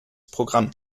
programm